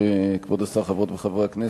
כבוד השר, חברות וחברי הכנסת,